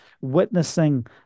witnessing